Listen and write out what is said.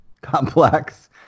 complex